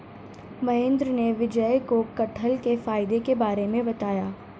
महेंद्र ने विजय को कठहल के फायदे के बारे में बताया